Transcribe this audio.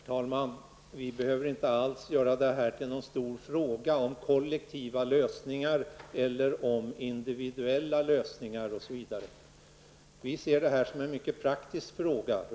Herr talman! Vi behöver inte alls göra detta till någon stor fråga om kollektiva lösningar eller individuella lösningar, osv. Vi ser detta som en mycket praktisk fråga.